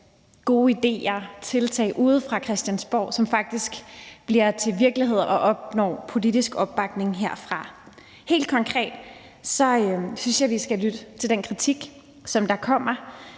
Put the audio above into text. gode idéer og tiltag uden for Christiansborg, som faktisk bliver til virkelighed, og som opnår politisk opbakning herfra. Helt konkret synes jeg, vi skal lytte til den kritik, der bl.a. kommer